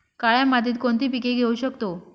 काळ्या मातीत कोणती पिके घेऊ शकतो?